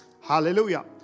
Hallelujah